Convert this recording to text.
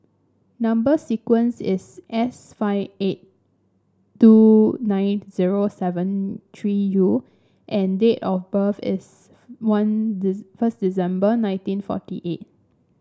number sequence is S five eight two nine zero seven three U and date of birth is one first December nineteen forty eight